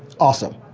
awesome.